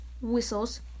whistles